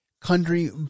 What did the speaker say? country